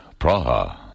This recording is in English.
Praha